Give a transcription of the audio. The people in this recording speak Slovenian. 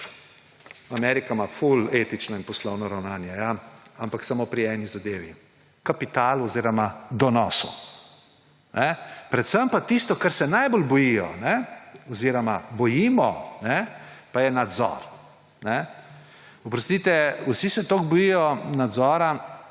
Amerika ima ful etično in poslovno ravnanje; ja, ampak samo pri eni zadevi ‒ kapitalu oziroma donosu. Predvsem pa tisto, kar se najbolj bojijo oziroma bojimo, pa je nadzor. Oprostite, vsi se tako bojijo nadzora